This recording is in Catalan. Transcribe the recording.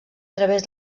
través